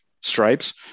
stripes